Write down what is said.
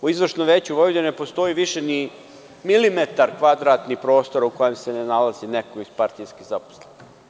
U Izvršnom veću Vojvodine ne postoji više ni milimetar kvadratni prostora u kojem se ne nalazi neko od partijskih zaposlenika.